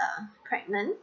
uh pregnant